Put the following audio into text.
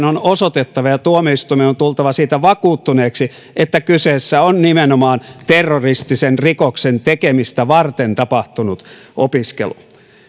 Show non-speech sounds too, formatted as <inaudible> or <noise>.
<unintelligible> on osoitettava ja tuomioistuimen on on tultava siitä vakuuttuneeksi että kyseessä on nimenomaan terroristisen rikoksen tekemistä varten tapahtunut opiskelu